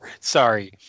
sorry